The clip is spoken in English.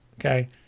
okay